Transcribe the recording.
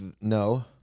no